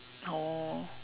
oh